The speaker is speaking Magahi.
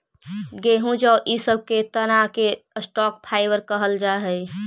गेहूँ जौ इ सब के तना के स्टॉक फाइवर कहल जा हई